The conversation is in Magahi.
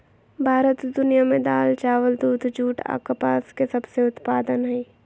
भारत दुनिया में दाल, चावल, दूध, जूट आ कपास के सबसे उत्पादन हइ